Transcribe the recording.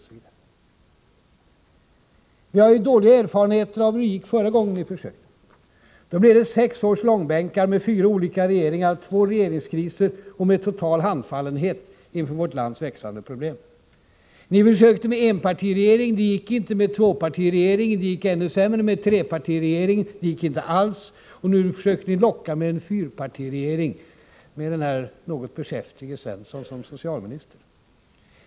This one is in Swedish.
Vi har dåliga erfarenheter av hur det gick förra gången ni försökte. Det blev då sex års långbänkar med fyra olika regeringar, två regeringskriser och en total handfallenhet inför vårt lands växande problem. Ni försökte med enpartiregering, det gick inte, med tvåpartiregeringen, det gick ännu sämre, med trepartiregering, det gick inte alls, och nu försöker ni att locka med en fyrpartiregering med den här något beskäftige herr Svensson som socialminister.